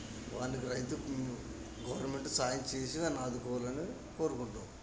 వానికి రైతు గవర్నమెంట్ సహాయం చేసి ఆదుకోవాలని కోరుకుంటు